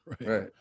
Right